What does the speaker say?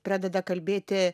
pradeda kalbėti